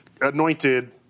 anointed